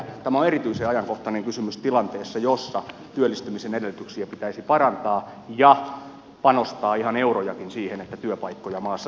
tämä on erityisen ajankohtainen kysymys tilanteessa jossa pitäisi työllistymisen edellytyksiä parantaa ja panostaa ihan eurojakin siihen että työpaikkoja maassa syntyy